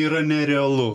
yra nerealu